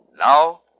Now